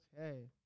Okay